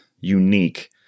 unique